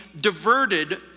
diverted